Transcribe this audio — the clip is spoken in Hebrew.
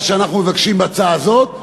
מה שאנחנו מבקשים בהצעה זאת,